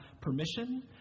permission